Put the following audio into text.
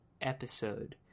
episode